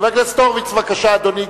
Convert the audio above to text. חבר הכנסת ניצן הורוביץ, בבקשה, אדוני.